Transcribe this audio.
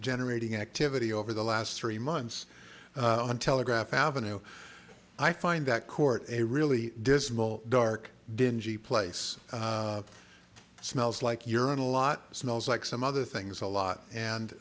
generating activity over the last three months on telegraph avenue i find that court a really dismal dark dingy place smells like urine a lot smells like some other things a lot and